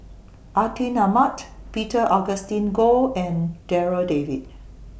Atin Amat Peter Augustine Goh and Darryl David